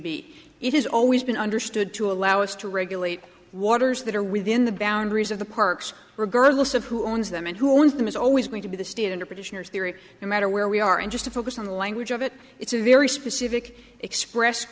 has always been understood to allow us to regulate waters that are within the boundaries of the parks regardless of who owns them and who owns them is always going to be the standard petitioners theory no matter where we are and just to focus on the language of it it's a very specific express